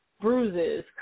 bruises